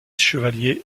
chevalier